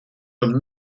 schon